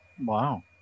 Wow